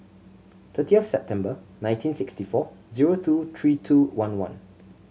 thirtieth September nineteen sixty four zero two three two one one